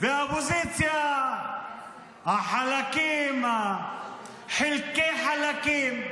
האופוזיציה, החלקים, החלקי-חלקים,